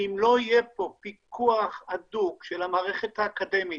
ואם לא יהיה פה פיקוח הדוק של המערכת האקדמית